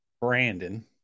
Brandon